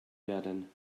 werden